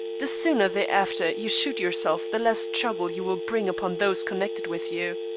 the sooner thereafter you shoot yourself the less trouble you will bring upon those connected with you.